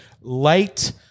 light